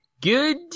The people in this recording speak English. Good